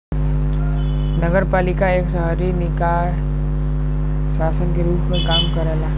नगरपालिका एक शहरी निकाय शासन के रूप में काम करला